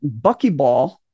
buckyball